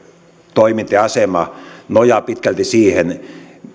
toiminta ja asema nojaa pitkälti siihen